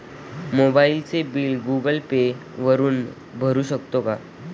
मोबाइलचे bill Google Pay वापरून भरू शकतो का?